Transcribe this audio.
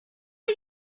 are